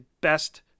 best